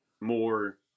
more